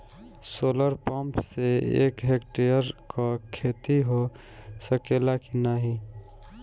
Solar pump से एक hectare क खेती हो सकेला की नाहीं?